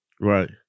Right